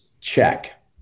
check